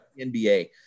NBA